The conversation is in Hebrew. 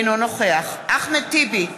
אינו נוכח אחמד טיבי,